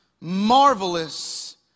marvelous